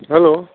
hello